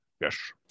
Yes